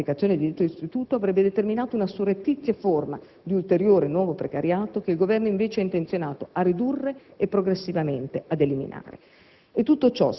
Pertanto, l'applicazione di detto istituto avrebbe determinato una surrettizia forma di ulteriore nuovo precariato, che il Governo è invece intenzionato a ridurre e progressivamente ad eliminare.